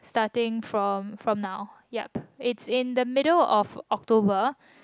starting from from now yup it in the middle of the October